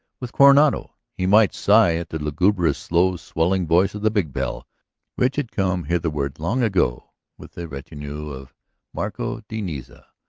with coronado he might sigh at the lugubrious, slow-swelling voice of the big bell which had come hitherward long ago with the retinue of marco de niza,